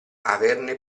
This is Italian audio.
averne